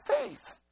faith